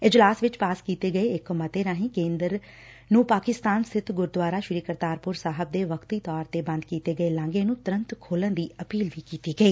ਇਜਲਾਸ ਵਿਚ ਪਾਸ ਕੀਤੇ ਗਏ ਇਕ ਮਤੇ ਰਾਹੀਂ ਕੇਂਦਰ ਨੂੰ ਪਾਕਿਸਤਾਨ ਸਬਿਤ ਗੁਰਦੁਆਰਾ ਸ੍ਰੀ ਕਰਤਾਰਪੁਰ ਸਾਹਿਬ ਦੇ ਵਕਤੀ ਤੌਰ ਤੇ ਬੰਦ ਕੀਤੇ ਗਏ ਲਾਂਘੇ ਨੂੰ ਤੁਰੰਤ ਖੋਲਣ ਦੀ ਅਪੀਲ ਵੀ ਕੀਤੀ ਗਈ